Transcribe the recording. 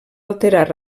alterar